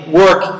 work